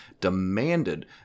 demanded